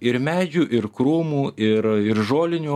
ir medžių ir krūmų ir ir žolinių